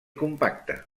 compacte